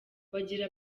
bagira